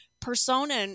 persona